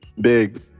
Big